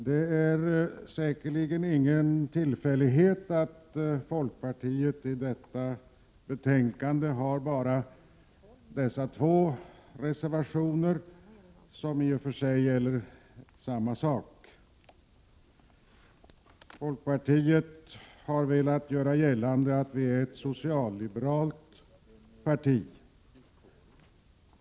Det är ingen tillfällighet att folkpartiet till detta betänkande fogat bara dessa två reservationer, som i och för sig gäller samma sak. Folkpartiet har velat göra gällande att vi är ett socialliberalt parti.